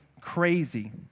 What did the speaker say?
crazy